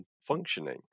functioning